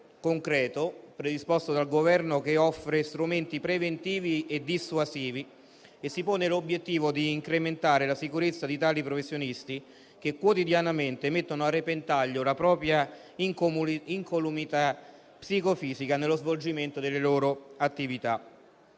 concreto, predisposto dal Governo, che offre strumenti preventivi e dissuasivi e si pone l'obiettivo di incrementare la sicurezza di professionisti che quotidianamente mettono a repentaglio la propria incolumità psicofisica nello svolgimento delle loro attività.